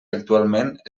actualment